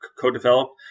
co-developed